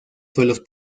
suelos